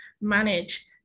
manage